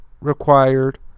required